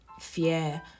Fear